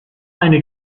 eine